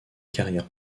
carrière